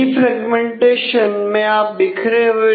defragmentation में सुधार हो सके